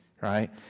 right